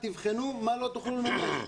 תבחנו מה לא תוכלו לממש.